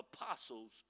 apostles